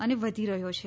અને વધી રહ્યો છે